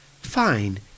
Fine